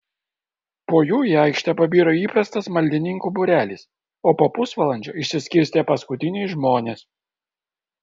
po jų į aikštę pabiro įprastas maldininkų būrelis o po pusvalandžio išsiskirstė paskutiniai žmonės